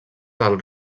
del